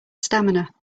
stamina